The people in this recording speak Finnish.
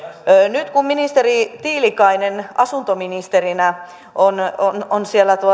nyt kun ministeri tiilikainen asuntoministerinä on on